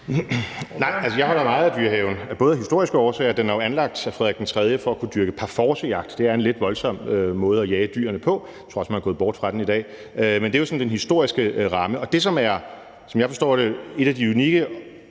(DF): Jeg holder meget af Dyrehaven, også af historiske årsager. Den er jo anlagt af Frederik III for at kunne dyrke parforcejagt. Det er en lidt voldsom måde at jage dyrene på, og jeg tror også, man er gået bort fra den i dag. Det er jo sådan den historiske ramme. Det, som er en af de mange unikke